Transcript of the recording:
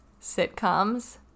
sitcoms